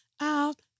out